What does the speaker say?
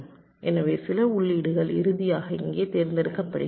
எனவே சில உள்ளீடுகள் இறுதியாக இங்கே தேர்ந்தெடுக்கப்படுகின்றன